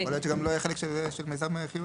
לא, יכול להיות שגם לא יהיה חלק של מיזם חיוני.